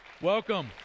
welcome